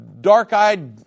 dark-eyed